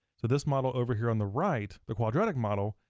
so this model over here on the right, the quadratic model,